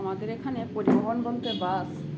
আমাদের এখানে পরিবহন বলতে বাস